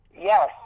Yes